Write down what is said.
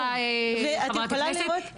הנקודה הובהרה חברת הכנסת,